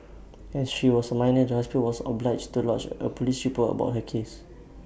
as she was A minor the hospital was obliged to lodge A Police report about her case